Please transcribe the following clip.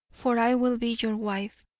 for i will be your wife.